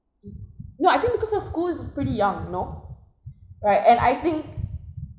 no I think because of school is pretty young you know right and I think